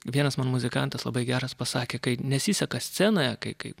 vienas man muzikantas labai geras pasakė kai nesiseka scenoje kai kai